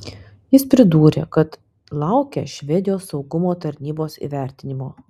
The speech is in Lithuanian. jis pridūrė kad laukia švedijos saugumo tarnybos įvertinimo